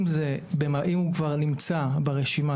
אם הוא כבר נמצא ברשימה,